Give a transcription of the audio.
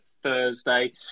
Thursday